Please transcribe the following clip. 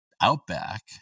outback